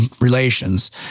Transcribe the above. relations